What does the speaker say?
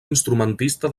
instrumentista